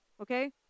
okay